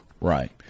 Right